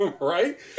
right